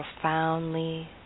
profoundly